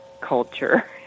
culture